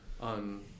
on